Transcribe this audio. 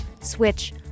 switch